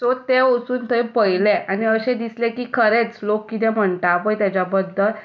so तें वचून थंय पळयलें आनी अशें दिसलें की खरेंच लोक कितें म्हणटात पळय ताज्या बद्दल